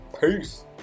Peace